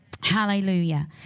Hallelujah